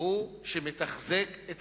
הוא שמתחזק את